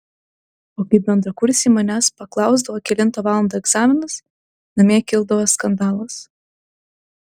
o kai bendrakursiai manęs paklausdavo kelintą valandą egzaminas namie kildavo skandalas